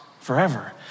Forever